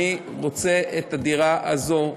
אני רוצה את הדירה הזאת.